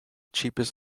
cheapest